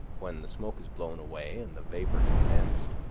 when the smoke is blown away and the vapor condensed,